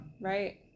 Right